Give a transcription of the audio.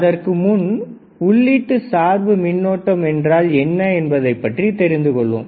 அதற்கு முன் உள்ளீட்டு சார்பு மின்னோட்டம் என்றால் என்ன என்பதைப் பற்றி தெரிந்து கொள்வோம்